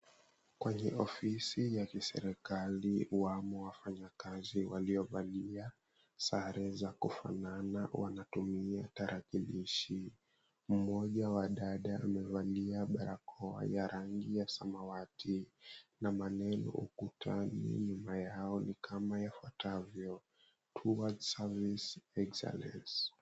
Kwenye ofisi ya kiserekali wamo wafanyakazi waliovalia sare za kufanana wanatumia tarakilishi. Mmoja wa wadada amevalia barakoa ya rangi ya samawati na maneno ukutani nyuma yao ni kama yafuatavyo, Towards Service Excellence .